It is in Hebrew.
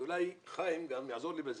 ואולי חיים יעזור לי זה